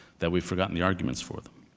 that we've forgotten the arguments for them.